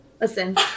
Listen